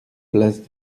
place